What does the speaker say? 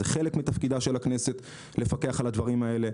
זה חלק מתפקיד הכנסת לפקח על הדברים האלה.